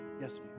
Yes